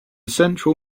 central